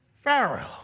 Pharaoh